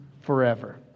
forever